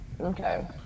Okay